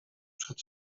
przed